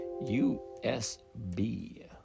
USB